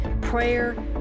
prayer